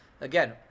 again